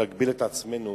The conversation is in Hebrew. להגביל את עצמנו